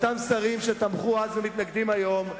אותם שרים שתמכו אז ומתנגדים היום.